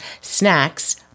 snacks